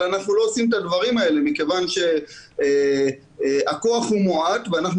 אבל אנחנו לא עושים את הדברים האלה מכיוון שהכוח הוא מועט ואנחנו